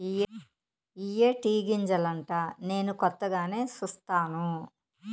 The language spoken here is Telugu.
ఇయ్యే టీ గింజలంటా నేను కొత్తగానే సుస్తాను